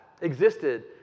existed